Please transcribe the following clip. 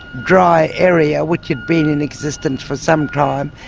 dry area, which had been in existence for some time,